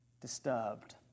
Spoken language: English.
disturbed